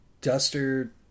duster